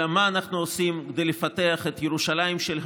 מה אנחנו עושים כדי לפתח את ירושלים של היום,